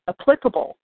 applicable